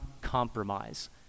compromise